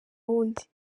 wundi